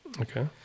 Okay